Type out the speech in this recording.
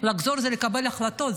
לחזור זה לקבל החלטות,